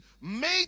made